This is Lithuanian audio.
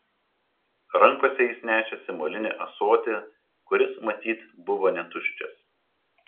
rankose jis nešėsi molinį ąsotį kuris matyt buvo netuščias